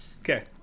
Okay